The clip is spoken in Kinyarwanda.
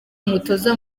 umutoza